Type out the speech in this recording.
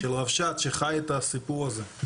של רבש"ץ שחי את הסיפור הזה,